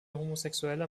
homosexueller